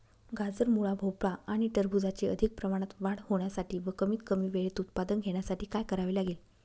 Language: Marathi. गाजर, मुळा, भोपळा आणि टरबूजाची अधिक प्रमाणात वाढ होण्यासाठी व कमीत कमी वेळेत उत्पादन घेण्यासाठी काय करावे लागेल?